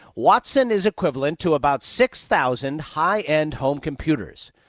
watson is equivalent to about six thousand high-end home computers.